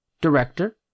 director